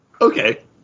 Okay